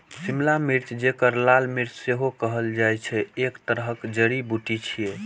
शिमला मिर्च, जेकरा लाल मिर्च सेहो कहल जाइ छै, एक तरहक जड़ी बूटी छियै